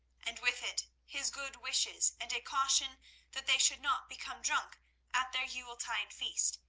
and with it his good wishes and a caution that they should not become drunk at their yuletide feast,